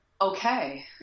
Okay